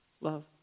love